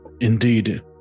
Indeed